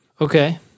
Okay